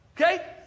Okay